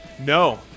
No